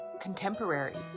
Contemporary